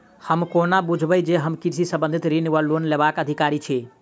हम कोना बुझबै जे हम कृषि संबंधित ऋण वा लोन लेबाक अधिकारी छी?